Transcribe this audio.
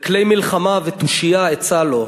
וכלי מלחמה ותושייה עצה לו",